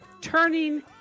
Turning